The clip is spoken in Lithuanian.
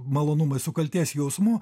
malonumai su kaltės jausmu